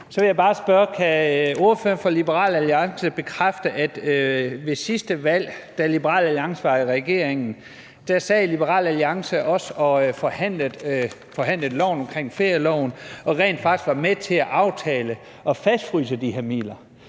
Så vil jeg bare spørge, om ordføreren fra Liberal Alliance kan bekræfte, at ved sidste valg, da Liberal Alliance var i regering, sad også Liberal Alliance og forhandlede om ferieloven og var rent faktisk med til at aftale at fastfryse de her midler.